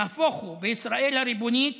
נהפוך הוא, ישראל הריבונית